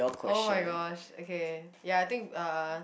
oh-my-gosh okay ya I think uh